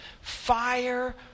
Fire